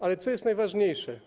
Ale co jest najważniejsze?